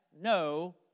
no